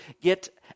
get